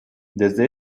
desde